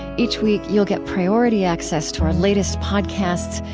each week, you'll get priority access to our latest podcasts,